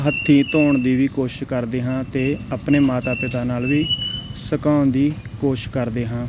ਹੱਥੀਂ ਧੋਣ ਦੀ ਵੀ ਕੋਸ਼ਿਸ਼ ਕਰਦੇ ਹਾਂ ਅਤੇ ਆਪਣੇ ਮਾਤਾ ਪਿਤਾ ਨਾਲ ਵੀ ਸਕਾਉਣ ਦੀ ਕੋਸ਼ਿਸ਼ ਕਰਦੇ ਹਾਂ